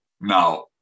now